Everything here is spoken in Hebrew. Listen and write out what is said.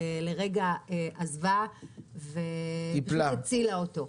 טיפלה בזה ופשוט הצילה אותו.